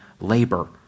labor